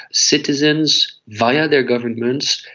citizens, via their governments,